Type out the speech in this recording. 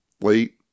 late